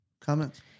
comments